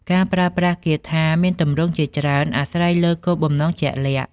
ការប្រើប្រាស់គាថាមានទម្រង់ជាច្រើនអាស្រ័យលើគោលបំណងជាក់លាក់។